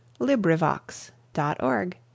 LibriVox.org